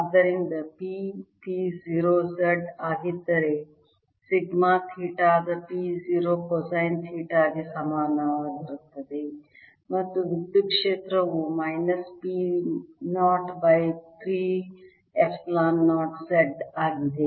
ಆದ್ದರಿಂದ P P 0 z ಆಗಿದ್ದರೆ sigma theta P 0 cosine theta ಗೆ ಸಮನಾಗಿರುತ್ತದೆ ಮತ್ತು ವಿದ್ಯುತ್ ಕ್ಷೇತ್ರವು minus P 0 by 3 epsilon 0 Z ಆಗಿದೆ